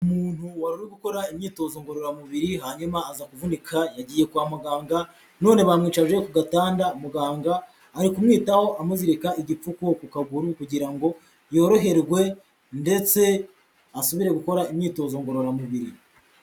Umuntu wari uri gukora imyitozo ngororamubiri hanyuma aza kuvunika, yagiye kwa muganga none bamwicaje ku gatanda, muganga ari kumwitaho amuzirika igipfuko ku kaguru kugira ngo yoroherwe ndetse asubire gukora imyitozo ngororamubiri.